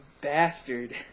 bastard